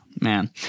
man